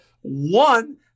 One